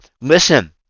listen